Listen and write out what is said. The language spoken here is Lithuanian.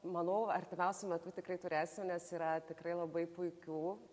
manau artimiausiu metu tikrai turėsim nes yra tikrai labai puikių